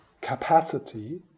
capacity